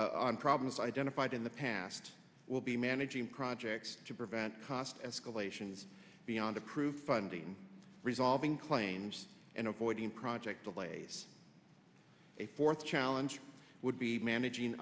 historical problems identified in the past will be managing projects to prevent cost escalation beyond approved funding resolving claims and avoiding project of lace a fourth challenge would be managing